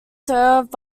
served